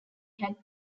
had